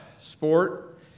sport